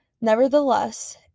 Nevertheless